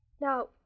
Now